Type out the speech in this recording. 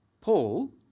Paul